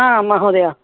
हा महोदय